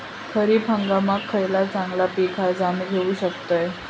खरीप हंगामाक खयला चांगला पीक हा जा मी घेऊ शकतय?